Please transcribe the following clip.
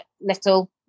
little